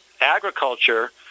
agriculture